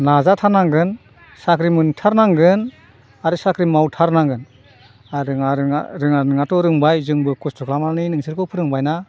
नाजाथारनांगोन साख्रि मोनथारनांगोन आरो साख्रि मावथारनांगोन आरो रोङा रोङा नङाथ' रोंबाय जोंबो कस्त' खालामनानै नोंसोरखौ फोरोंबाय ना